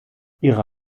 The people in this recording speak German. ihre